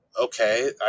okay